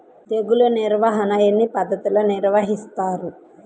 తెగులు నిర్వాహణ ఎన్ని పద్ధతులలో నిర్వహిస్తారు?